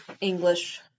English